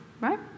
right